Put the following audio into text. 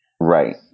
Right